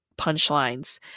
punchlines